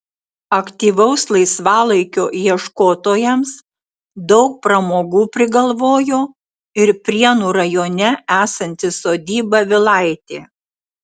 aktyvaus laisvalaikio ieškotojams daug pramogų prigalvojo ir prienų rajone esanti sodyba vilaitė